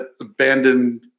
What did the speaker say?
abandoned